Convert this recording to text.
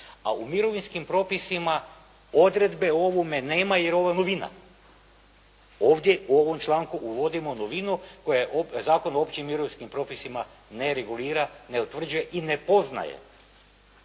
a u mirovinskim propustima odredbe o ovome nema jer ovo je novina. Ovdje u ovom članku uvodimo novinu koja je, Zakon o općim mirovinskim propisima ne regulira, ne utvrđuje i ne poznaje.